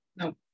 no